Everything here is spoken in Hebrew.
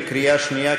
בקריאה שנייה,